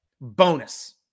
Bonus